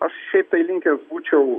aš šiaip tai linkęs būčiau